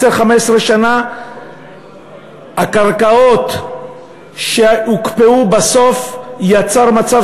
10 15 שנה הקרקעות שהוקפאו בסוף יצרו מצב